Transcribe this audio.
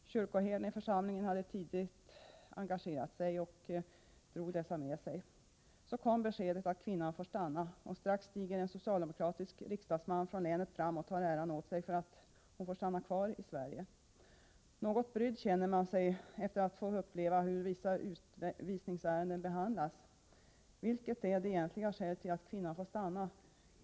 Kyrkoherden i församlingen hade också tidigt intresserat sig för fallet och drog då dessa med sig. Så kom beskedet att kvinnan får stanna — och strax steg en socialdemokratisk riksdagsman från länet fram och tog äran åt sig för att hon får stanna kvar i Sverige. Man känner sig något brydd efter att ha fått uppleva hur vissa utvisningsärenden behandlas. Vilket är egentligen skälet till att kvinnan får stanna?